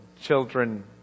children